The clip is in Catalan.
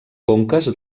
conques